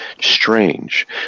strange